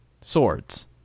swords